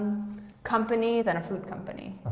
um company than a food company.